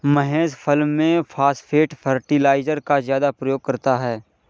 महेश फसल में phosphate fertiliser का ज्यादा प्रयोग करता है